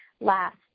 last